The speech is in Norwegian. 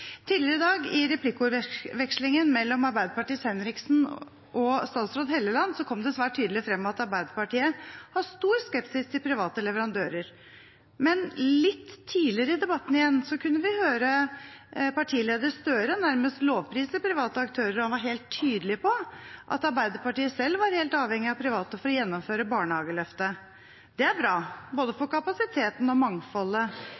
Tidligere i dag, i replikkordvekslingen mellom Arbeiderpartiets Kari Henriksen og statsråd Hofstad Helleland, kom det svært tydelig frem at Arbeiderpartiet har stor skepsis til private leverandører. Men litt tidligere i debatten kunne vi høre partileder Støre nærmest lovprise private aktører, og han var helt tydelig på at Arbeiderpartiet selv var helt avhengig av private for å gjennomføre barnehageløftet. Det er bra for både